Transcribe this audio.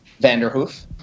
Vanderhoof